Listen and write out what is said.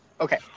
Okay